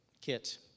Kit